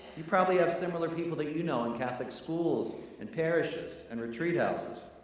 you probably have similar people that you know in catholic schools and parishes and retreat houses.